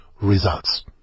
results